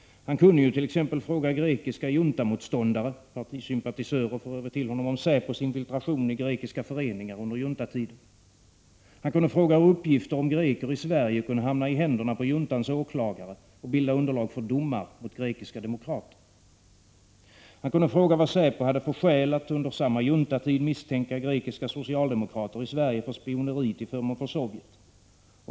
Han kunde t.ex. fråga grekiska juntamotståndare om säpos infiltration i grekiska föreningar under juntatiden. Han kunde fråga hur uppgifter om greker i Sverige kunde hamna i händerna på juntans åklagare och bilda underlag för domar mot grekiska demokrater. Han kunde fråga vad säpo hade för skäl att under samma juntatid misstänka grekiska socialdemokrater i Sverige för spioneri till förmån för Sovjet.